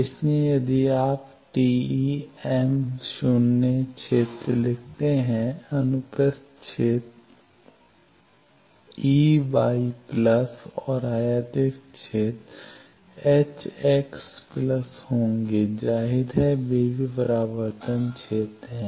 इसलिए यदि आप TEm 0 क्षेत्र लिखते हैं अनुप्रस्थ क्षेत्र और आयातित क्षेत्र होंगे जाहिर है वे भी परावर्तन क्षेत्र हैं